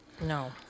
No